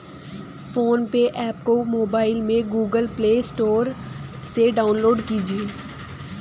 phone पे app को mobile में गूगल प्ले स्टोर से डाउनलोड कीजिए